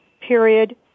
Period